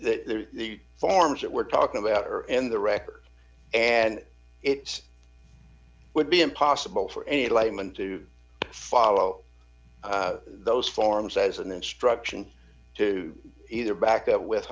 and there's the forms that we're talking about earlier in the record and it would be impossible for any layman to follow those forms as an instruction to either back up with